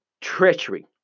treachery